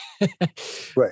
Right